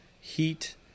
heat